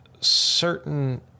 certain